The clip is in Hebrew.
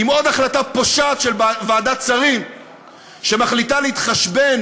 עם עוד החלטה פושעת של ועדת שרים שמחליטה להתחשבן